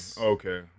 Okay